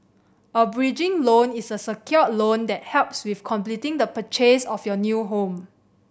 a bridging loan is a secured loan that helps with completing the purchase of your new home